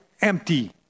Empty